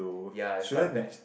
yea is quite bad ah